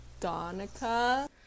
Donica